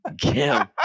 Kim